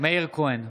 מאיר כהן,